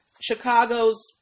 Chicago's